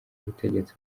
ubutegetsi